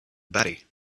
batty